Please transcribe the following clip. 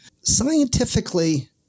scientifically